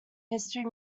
history